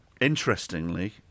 interestingly